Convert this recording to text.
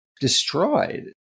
destroyed